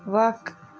وَق